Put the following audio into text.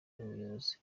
ubuyobozi